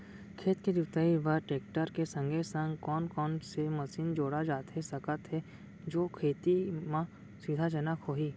खेत के जुताई बर टेकटर के संगे संग कोन कोन से मशीन जोड़ा जाथे सकत हे जो खेती म सुविधाजनक होही?